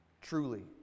Truly